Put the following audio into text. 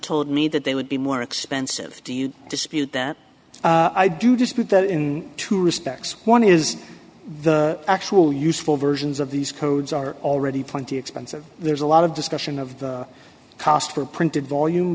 told me that they would be more expensive do you dispute that i do dispute that in two respects one is the actual useful versions of these codes are already plenty expensive there's a lot of discussion of the cost for printed volume